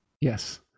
Yes